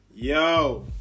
Yo